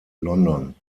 london